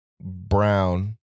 brown